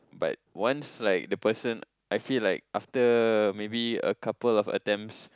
but once like the person I feel like after maybe a couple of attempts